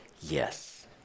Yes